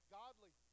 godly